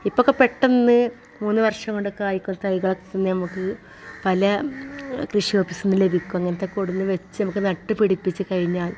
ഇപ്പോഴൊക്കെ പെട്ടെന്ന് മൂന്ന് വർഷം കൊണ്ടൊക്കെ ആയി കോലത്തെ തൈകളൊക്കെ തന്നു നമുക്ക് പല കൃഷി ഓഫീസിൽ നിന്നു ലഭിക്കും അങ്ങനത്തെ കൊടുന്നു വെച്ച് നമുക്ക് നട്ടുപിടിപ്പിച്ചു കഴിഞ്ഞാൽ